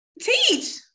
Teach